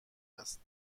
است